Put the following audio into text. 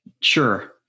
sure